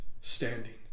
standing